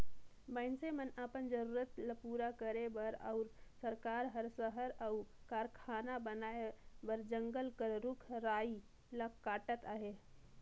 मइनसे मन अपन जरूरत ल पूरा करे बर अउ सरकार हर सहर अउ कारखाना बनाए बर जंगल कर रूख राई ल काटत अहे